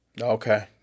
Okay